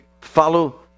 follow